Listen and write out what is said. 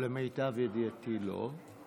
למיטב ידיעתי, לא.